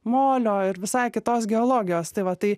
molio ir visai kitos geologijos tai va tai